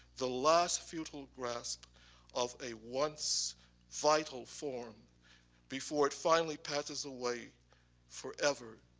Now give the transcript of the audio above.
the last futile grasp of a once vital form before it finally passes away forever,